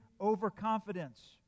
overconfidence